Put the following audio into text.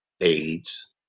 AIDS